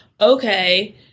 okay